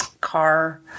car